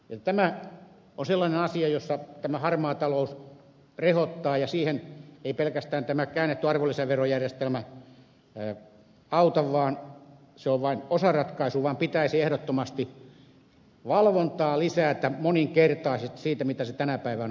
tämä on sellainen asia jossa tämä harmaa talous rehottaa ja siihen ei pelkästään tämä käännetty arvonlisäverojärjestelmä auta se on vain osaratkaisu vaan pitäisi ehdottomasti valvontaa lisätä moninkertaisesti siitä mitä se tänä päivänä on